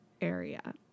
area